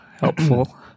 helpful